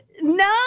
No